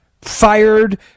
fired